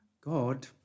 God